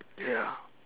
ya